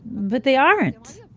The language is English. but they aren't.